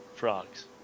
frogs